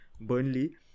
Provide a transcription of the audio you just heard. Burnley